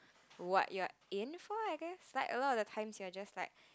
what you are in for I guess like a lot of the time you're just like